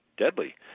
Deadly